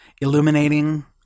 illuminating